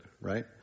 right